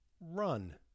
Run